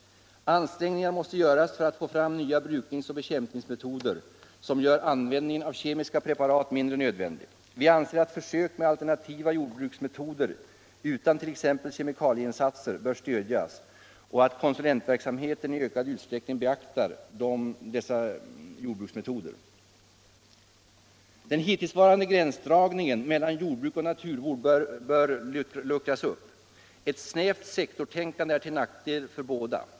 Ansträngningar måste till för att få fram nya brukningsoch bekämpningsmetoder som gör användningen av kemiska preparat mindre nödvändig. Vi anser att försök med alternativa jordbruksmetoder utan t.ex. kemikalieinsatser bör stödjas och att konsulentverksamheten i ökad utsträckning bör beakta dessa jordbruksmetoder. Den hittillsvarande gränsdragningen mellan jordbruk och naturvård bör luckras upp. Ett snävt sektortänkande är till nackdel för båda.